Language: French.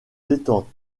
détente